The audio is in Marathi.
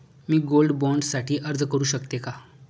मी गोल्ड बॉण्ड साठी अर्ज करु शकते का?